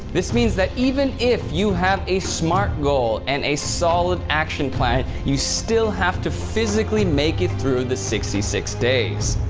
this means that even if you have a smart goal and a solid action plan you still have to physically make it through the sixty six days.